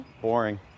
Boring